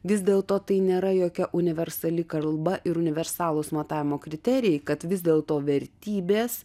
vis dėlto tai nėra jokia universali kalba ir universalūs matavimo kriterijai kad vis dėl to vertybės